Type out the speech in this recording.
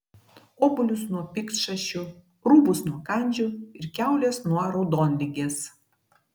obuolius nuo piktšašių rūbus nuo kandžių ir kiaules nuo raudonligės